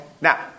Now